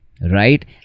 right